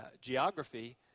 geography